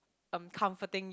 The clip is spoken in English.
um comforting